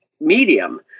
medium